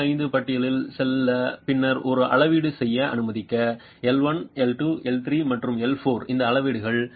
25 பட்டியில் சொல்ல பின்னர் ஒரு அளவீட்டு செய்ய அனுமதிக்க எல் 1 எல் 2 எல் 3 மற்றும் எல் 4 இந்த அளவீடுகள் 0